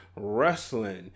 wrestling